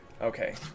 Okay